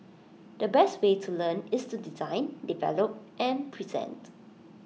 the best way to learn is to design develop and present